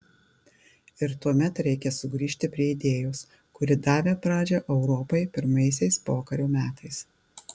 ir tuomet reikia sugrįžti prie idėjos kuri davė pradžią europai pirmaisiais pokario metais